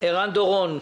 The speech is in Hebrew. ערן דורון,